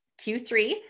Q3